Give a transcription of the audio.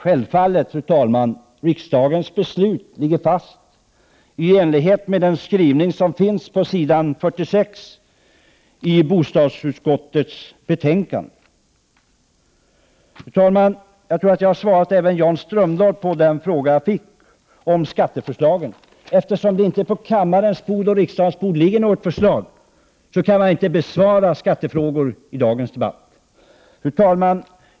Självfallet ligger riksdagens beslut fast i enlighet med den skrivning som finns på s. 46 i bostadsutskottets betänkande. Fru talman! Jag tror att jag har besvarat den fråga jag fick från Jan Strömdahl om skatter. Eftersom det inte ligger något skatteförslag på riksdagens bord går det inte att besvara skattefrågor i dagens debatt. Fru talman!